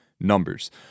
numbers